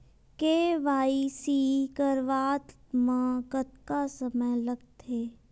KYC करवात म कतका समय लगथे?